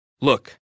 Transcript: Look